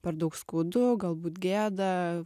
per daug skaudu galbūt gėda